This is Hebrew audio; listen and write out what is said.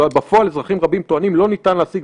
ביקשתי לקיים